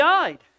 died